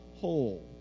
whole